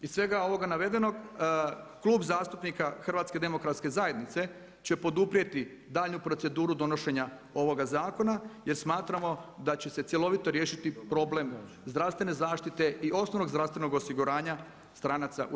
Iz svega ovoga navedenog, Klub zastupnika HDZ-a će poduprijeti daljnju proceduru donošenja ovoga zakona jer smatramo da će se cjelovito riješiti problem zdravstvene ne zaštite i osnovnog zdravstvenog osiguranja stranaca u RH.